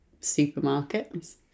supermarkets